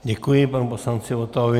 Děkuji panu poslanci Votavovi.